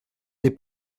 des